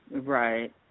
Right